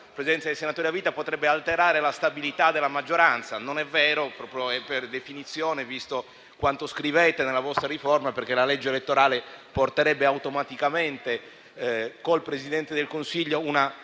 sulla presenza dei senatori a vita potrebbe alterare la stabilità della maggioranza. Non è vero, per definizione, visto quanto scrivete nella vostra riforma, perché la legge elettorale porterebbe automaticamente, con il Presidente del Consiglio, una